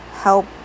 help